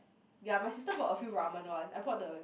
ya my sister bought a few ramen one I bought the